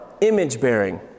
image-bearing